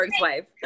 wife